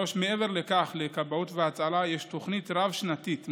מעבר לכך, לכבאות והצלה יש תוכנית רב-שנתית מוכנה,